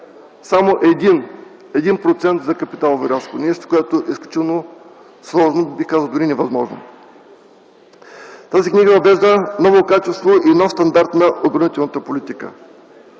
само 1% за капиталови разходи – нещо, което е изключително сложно, бих казал, дори невъзможно. Тази книга въвежда ново качество и нов стандарт на отбранителната политика,